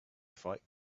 fight